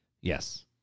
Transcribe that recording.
Yes